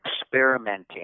experimenting